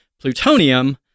plutonium